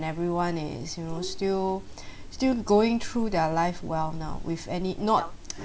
and everyone is you know still still going through their life well now with any not